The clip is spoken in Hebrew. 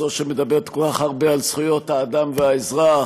זו שמדברת כל כך הרבה על זכויות האדם והאזרח,